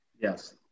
Yes